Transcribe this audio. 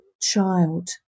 child